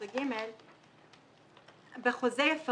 " אני אתן